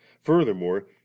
furthermore